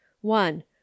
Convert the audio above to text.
one